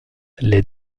les